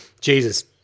Jesus